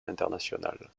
internationale